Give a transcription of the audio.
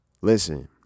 listen